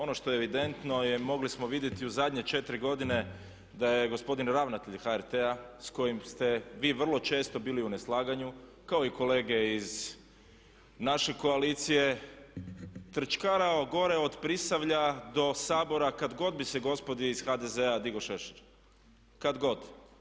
Ono što je evidentno, mogli smo vidjeti u zadnje četiri godine da je gospodin ravnatelj HRT-a s kojim ste vi vrlo često bili u neslaganju kao i kolege iz naše koalicije trčkarao gore od Prisavlja do Sabora kad god bi se gospodi iz HDZ-a digo šešir, kad god.